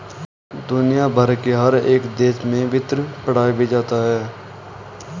दुनिया भर के हर एक देश में वित्त पढ़ाया भी जाता है